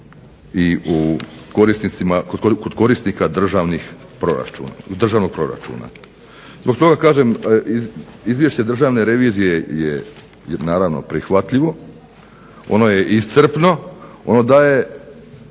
i u korisnicima, kod korisnika državnog proračuna. Zbog toga kažem Izvješće državne revizije je naravno prihvatljivo, ono je iscrpno, ono daje